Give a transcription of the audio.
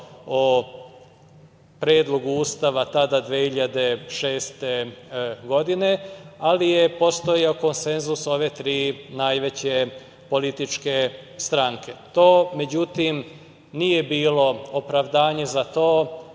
o predlogu Ustava tada 2006. godine, ali je postojao konsenzus ove tri najveće političke stranke. To, međutim, nije bilo opravdanje za to